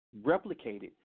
replicated